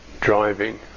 driving